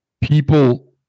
people